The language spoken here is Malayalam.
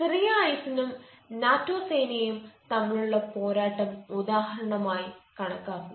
സിറിയ ഐസിസും നാറ്റോ സേനയും തമ്മിലുള്ള പോരാട്ടം ഉദാഹരണമായി കണക്കാക്കുക